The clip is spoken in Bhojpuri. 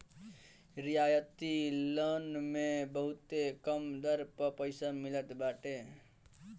रियायती ऋण मे बहुते कम दर पअ पईसा मिलत बाटे